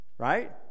right